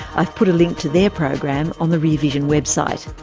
i've put a link to their program on the rear vision website.